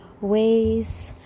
ways